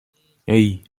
hey